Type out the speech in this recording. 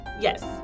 Yes